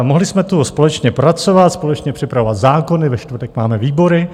Mohli jsme tu společně pracovat, společně připravovat zákony, ve čtvrtek máme výbory.